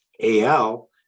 al